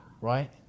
right